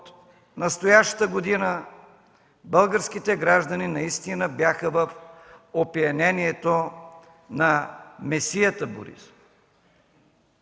настоящата година, българските граждани наистина бяха в опиянението на месията Борисов.